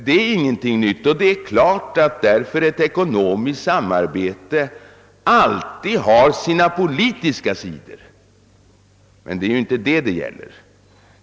Det är ingenting nytt, och det är klart, att ett ekonomiskt samarbete alltid har sina politiska sidor. Men det är inte det som det gäller.